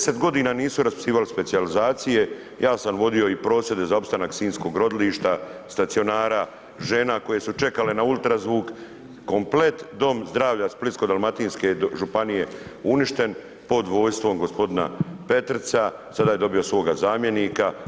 10 godina nisu raspisivali specijalizacije, ja sam vodio i prosvjede za opstanak Sinjskog rodilišta, stacionara žena koje su čekale na UZV komplet dom zdravlja Splitsko-dalmatinske županije uništen pod vodstvom gospodina Petrica, sada je dobio svoga zamjenika.